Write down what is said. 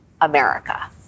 America